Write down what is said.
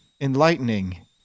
enlightening